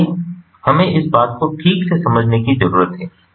इसलिए हमें इस बात को ठीक से समझने की जरूरत है